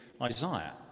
Isaiah